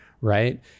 right